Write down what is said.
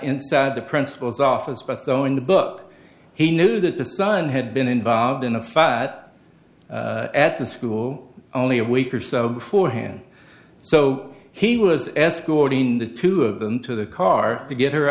inside the principal's office by throwing the book he knew that the son had been involved in a fat at the school only a week or so beforehand so he was escorting the two of them to the car to get her